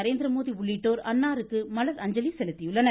நரேந்திரமோடி உள்ளிட்டோர் அன்னாருக்கு மலர் அஞ்சலி செலுத்தியுள்ளனர்